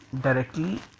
directly